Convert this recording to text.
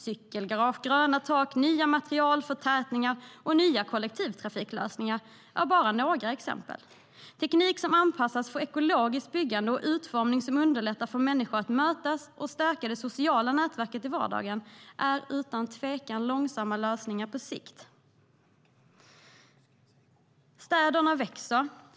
Cykelgarage, gröna tak, nya material, förtätningar och nya kollektivtrafiklösningar är bara några exempel. Teknik som anpassas för ekologiskt byggande och utformning som underlättar för människor att mötas och stärka det sociala nätverket i vardagen är utan tvivel lönsamma lösningar på sikt. Städerna växer.